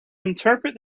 interpret